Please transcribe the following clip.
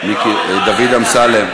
דוד אמסלם.